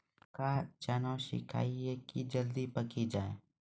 मक्का चना सिखाइए कि जल्दी पक की जय?